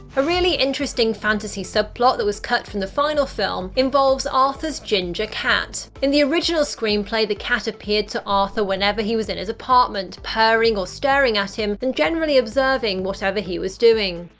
a really interesting fantasy subplot that was cut from the final film involves arthur's ginger cat. in the original screenplay, the cat appeared to arthur whenever he was in his apartment, purring or staring at him and generally observing whatever he was doing.